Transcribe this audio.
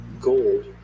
gold